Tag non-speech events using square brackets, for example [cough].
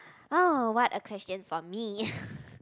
oh what a question for me [breath]